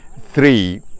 three